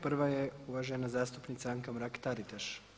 Prva je uvažena zastupnica Anka Mrak Taritaš.